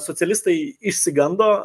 socialistai išsigando